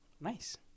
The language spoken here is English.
Nice